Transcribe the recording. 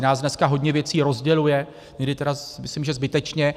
Nás dneska hodně věcí rozděluje, někdy tedy myslím že zbytečně.